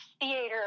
theater